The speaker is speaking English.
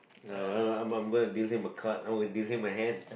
uh I'm I'm going deal him a card I would deal him my hand